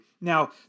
Now